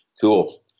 cool